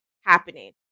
happening